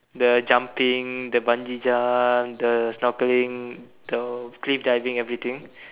then jumping the Bungee jump the snorkeling the cliff diving and everything